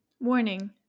Warning